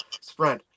spread